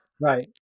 Right